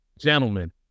gentlemen